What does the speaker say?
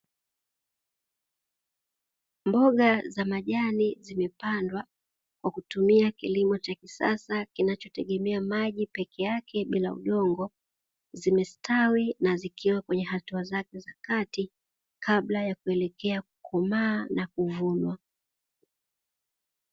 Mboga za majani zimepandwa kwa kutumia kilimo cha kisasa kinachotegemea maji peke yake bila udongo, zimestawi na zikiwa katika hatua zake za kati kabla ya kuelekea kukomaa na kuvunwa.